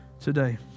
today